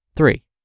Three